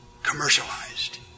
commercialized